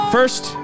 First